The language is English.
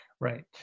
Right